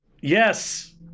Yes